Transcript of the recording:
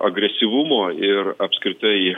agresyvumo ir apskritai